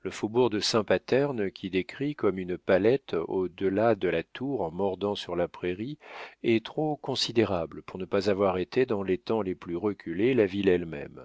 le faubourg de saint paterne qui décrit comme une palette au delà de la tour en mordant sur la prairie est trop considérable pour ne pas avoir été dans les temps les plus reculés la ville elle-même